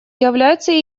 является